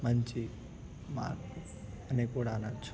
మంచి మార్పు అని కూడా అనవచ్చు